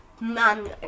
man